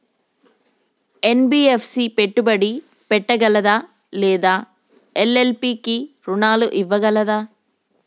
NBFC పెట్టుబడి పెట్టగలదా లేదా ఎల్.ఎల్.పి కి రుణాలు ఇవ్వగలదా?